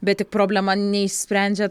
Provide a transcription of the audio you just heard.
bet tik problema neišsprendžia